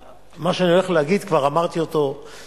מה שאני הולך להגיד, כבר אמרתי אותו בכנסת.